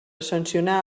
sancionar